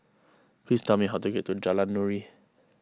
please tell me how to get to Jalan Nuri